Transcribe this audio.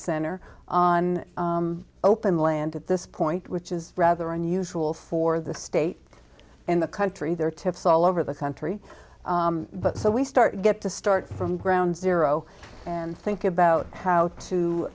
center on open land at this point which is rather unusual for the state in the country there are tips all over the country but so we start to get to start from ground zero and think about how to